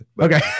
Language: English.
okay